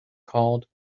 called